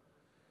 יאללה.